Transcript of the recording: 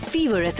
Fever